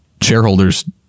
shareholders